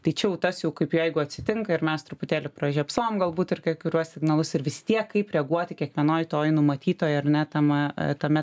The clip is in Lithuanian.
tai čia jau tas jau kaip jeigu atsitinka ir mes truputėlį pražiopsojom galbūt ir kai kuriuos signalus ir vis tiek kaip reaguoti kiekvienoj toj numatytoj ar ne tam tame tai